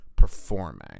performing